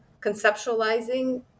conceptualizing